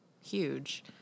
huge